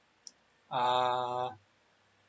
err